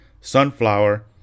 Sunflower